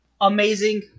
amazing